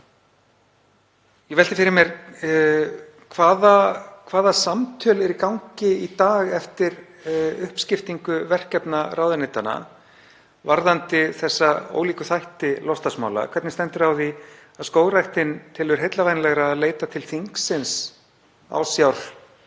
Ég velti fyrir mér hvaða samtöl eru í gangi í dag eftir uppskiptingu verkefna ráðuneytanna varðandi þessa ólíku þætti loftslagsmála. Hvernig stendur á því að Skógræktin telur heillavænlegra að leita ásjár